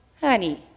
honey